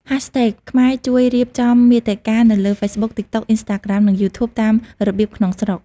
hashtags ខ្មែរជួយរៀបចំមាតិកានៅលើ Facebook, TikTok, Instagram និង YouTube តាមរបៀបក្នុងស្រុក។